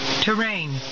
Terrain